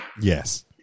Yes